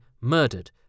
murdered